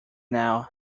now